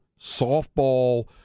softball